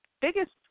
biggest